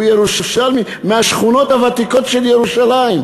הוא ירושלמי מהשכונות הוותיקות של ירושלים,